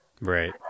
Right